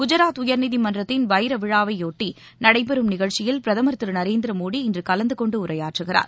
குஜராத் உயர்நீதிமன்றத்தின் வைரவிழாவையொட்டி நடைபெறும் நிகழ்ச்சியில் பிரதமர் திரு நரேந்திர மோடி இன்று கலந்து கொண்டு உரையாற்றுகிறார்